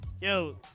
Yo